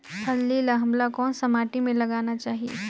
फल्ली ल हमला कौन सा माटी मे लगाना चाही?